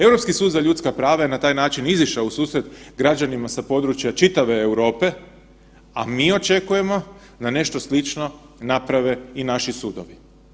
Europski sud za ljudska prava je na taj način izišao u susret građanima sa područja čitave Europe, a mi očekujemo da nešto slično naprave i naši sudovi.